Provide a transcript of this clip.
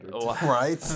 right